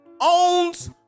owns